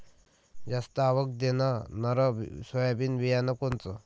जास्त आवक देणनरं सोयाबीन बियानं कोनचं?